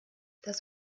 das